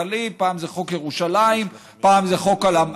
המתנחלים, פעם זה חוק ירושלים, פעם זה חוק המל"ג.